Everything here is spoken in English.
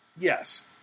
Yes